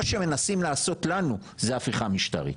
מה שמנסים לעשות לנו זה הפיכה משטרית,